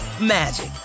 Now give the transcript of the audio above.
magic